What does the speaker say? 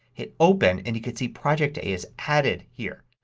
hit open and you could see project a is added here.